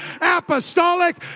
apostolic